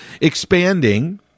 expanding